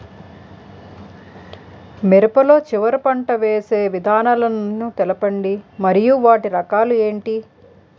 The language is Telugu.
మిరప లో చివర పంట వేసి విధానాలను తెలపండి మరియు వాటి రకాలు ఏంటి